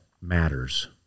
matters